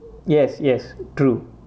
yes yes true